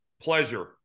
pleasure